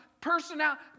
personality